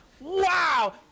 Wow